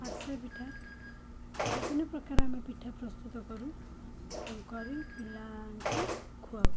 ଆରିସା ପିଠା ବିଭିନ୍ନ ପ୍ରକାର ଆମେ ପିଠା ଆମେ ପ୍ରସ୍ତୁତ କରୁ କରି ପିଲାଙ୍କୁ ଖୁଆଉ